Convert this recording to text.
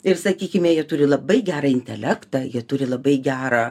ir sakykime jie turi labai gerą intelektą jie turi labai gerą